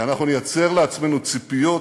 כי אנחנו נייצר לעצמנו ציפיות